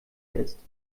ist